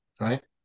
Right